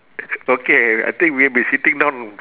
okay I think we've been sitting down